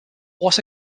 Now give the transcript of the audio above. was